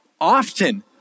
often